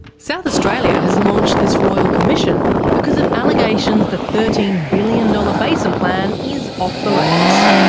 south australia has launched this royal commission because of allegations the thirteen billion dollars basin plan is off the rails.